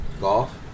Golf